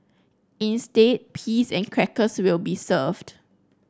instead peas and crackers will be served